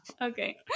Okay